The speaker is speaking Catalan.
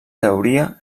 teoria